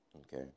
Okay